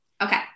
Okay